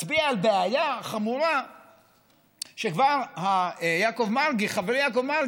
זה מצביע על בעיה חמורה שחברי יעקב מרגי